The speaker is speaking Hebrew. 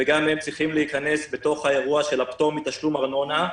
גם הם צריכים להיכנס בתוך האירוע של הפטור מתשלום ארנונה.